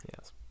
Yes